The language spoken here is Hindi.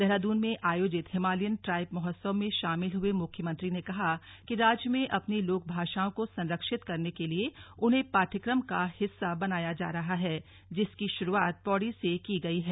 देहरादून में अयोजित हिमालयन ट्राइब महोत्सव में शामिल हुए मुख्यमंत्री ने कहा कि राज्य में अपनी लोक भाषाओं को संरक्षित करने के लिए उन्हें पाठ्यक्रम का हिस्सा बनाया जा रहा है जिसकी शुरूआत पौड़ी से की गई है